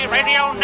Radio